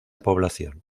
población